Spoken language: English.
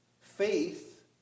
Faith